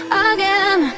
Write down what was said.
again